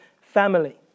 family